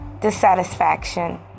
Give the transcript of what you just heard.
dissatisfaction